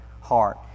heart